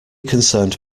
concerned